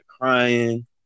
crying